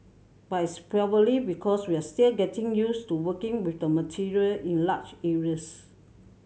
but it's probably because we are still getting used to working with the material in large areas